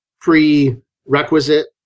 prerequisite